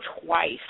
twice